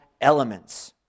elements